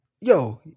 Yo